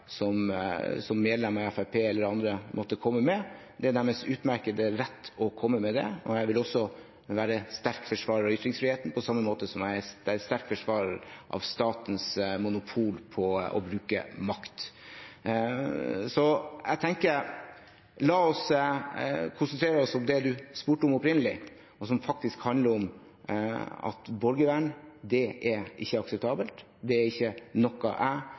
som medlemmer av Fremskrittspartiet eller andre måtte komme med. Det er deres utmerkede rett å komme med det. Jeg vil også være en sterk forsvarer av ytringsfriheten, på samme måte som jeg er en sterk forsvarer av statens monopol på å bruke makt. La oss konsentrere oss om det representanten opprinnelig stilte spørsmål om, som faktisk handler om at borgervern ikke er akseptabelt. Det er ikke noe jeg